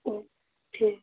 ہاں ٹھیک